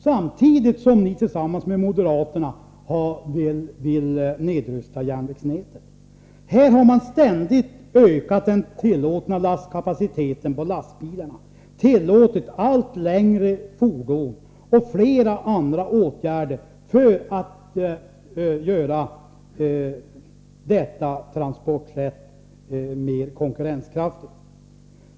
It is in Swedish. Samtidigt vill socialdemokraterna och moderaterna ha en nedskärning av järnvägsnätet. Den tillåtna lastkapaciteten på lastbilar har ständigt ökat. Man har tillåtit allt längre fordon och accepterat flera andra åtgärder för att detta transportsätt skall bli mera konkurrenskraftigt.